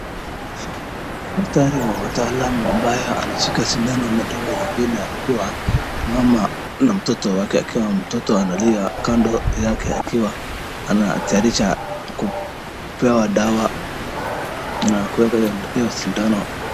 Daktari wa wataalamu ambaye anashika sindano na dawa zingine, akiwa mama na mtoto wake akiwa mtoto analia kando yake, akiwa anatayarisha kupewa dawa na kuweka hio sindano.